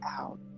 out